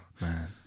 man